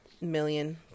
million